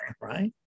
right